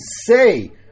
say